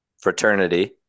fraternity